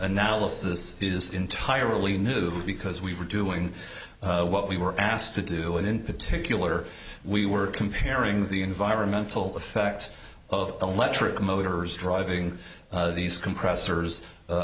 analysis is entirely new because we were doing what we were asked to do and in particular we were comparing the environmental effects of electric motors driving these compressors